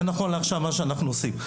זה מה שאנחנו עושים נכון לעכשיו.